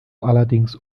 allerdings